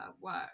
work